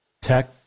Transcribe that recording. Tech